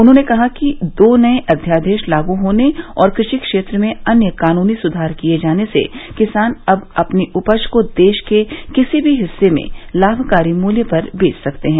उन्होंने कहा कि दो नये अध्यादेश लागू होने और क षि क्षेत्र में अन्य कानूनी सुधार किये जाने से किसान अब अपनी उपज को देश के किसी भी हिस्से में लाभकारी मूल्य पर बेच सकते हैं